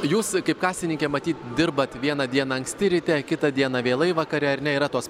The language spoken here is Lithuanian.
jūs kaip kasininkė matyt dirbat vieną dieną anksti ryte kitą dieną vėlai vakare ar ne yra tos